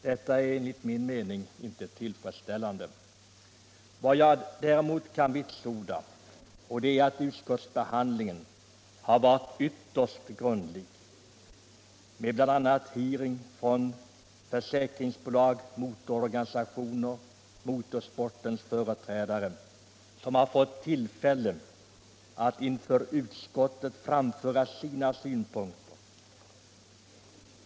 Detta är enligt min mening inte tillfredsställande. Vad jag däremot kan vitsorda är att utskottsbehandlingen varit ytterst grundlig med bl.a. hearing med försäkringsbolag, motororganisationer och motorsportens företrädare, vilka fått tillfälle att inför utskottet framföra sina synpunkter.